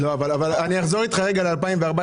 אני אחזור איתך רגע ל-2014.